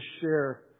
share